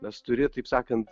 nes turi taip sakant